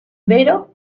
vero